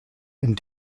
and